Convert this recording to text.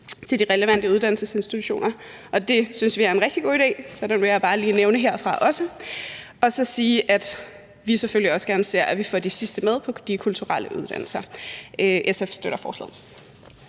til de relevante uddannelsesinstitutioner, og det synes vi er en rigtig god idé. Så den vil jeg også bare lige nævne herfra og så sige, at vi selvfølgelig også gerne ser, at vi får de sidste med på de kulturelle uddannelser. SF støtter forslaget.